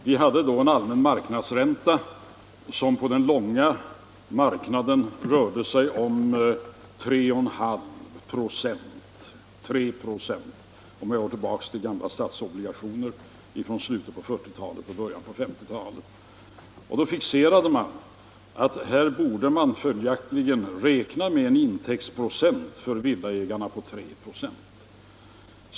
Vi hade då en allmän marknadsränta som på den långa marknaden låg på 3,5 96 eller, om jag går tillbaka till gamla statsobligationer från slutet av, 1940-talet och början av 1950-talet, på 3 96. Följaktligen fixerade man intäktsprocenten för villaägarna till 3 96.